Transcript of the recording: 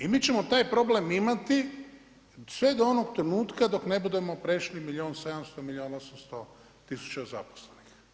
I mi ćemo taj problem imati sve do onog trenutka dok ne budemo prešli milijun 700, milijun 800 tisuća zaposlenih.